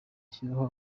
rishyiraho